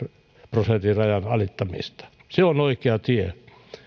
prosentin rajan alittamista se on oikea tie